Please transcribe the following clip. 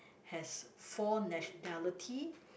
has four nationality